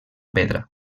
pedra